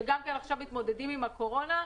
שעכשיו מתמודדים גם עם הקורונה,